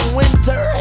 winter